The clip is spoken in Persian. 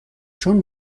چون